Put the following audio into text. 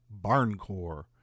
barncore